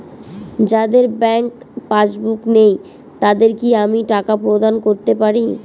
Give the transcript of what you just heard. যাদের bank passbook নেই তাদের কি আমি টাকা প্রদান করতে পারি?